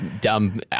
dumb